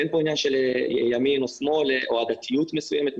אין כאן עניין של ימין או שמאל או עדתיות מסוימת,